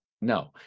No